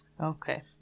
Okay